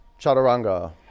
Chaturanga